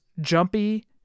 jumpy